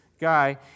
guy